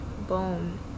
Boom